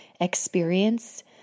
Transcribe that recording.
experience